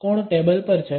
કોણ ટેબલ પર છે